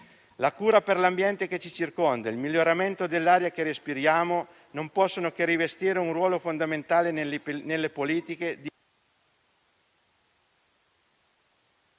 La cura per l'ambiente che ci circonda e il miglioramento dell'aria che respiriamo non possono che rivestire un ruolo fondamentale nelle politiche di...